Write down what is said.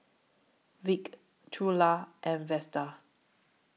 Vic Trula and Vesta